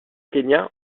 kenya